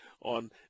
on